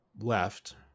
left